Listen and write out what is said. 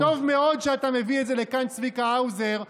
אז טוב מאוד שאתה מביא את זה לכאן, צביקה האוזר.